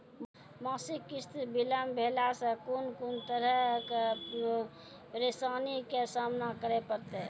मासिक किस्त बिलम्ब भेलासॅ कून कून तरहक परेशानीक सामना करे परतै?